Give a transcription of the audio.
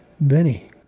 Benny